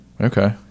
Okay